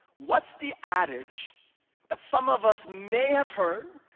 what's the adage that some of us may have heard?